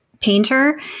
painter